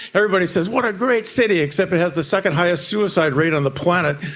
everybody says what a great city, except it has the second highest suicide rate on the planet,